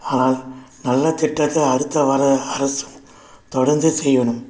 ஆனால் நல்ல திட்டத்தை அடுத்த வர அரசு தொடர்ந்து செய்யணும்